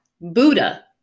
Buddha